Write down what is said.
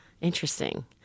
Interesting